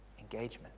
Engagement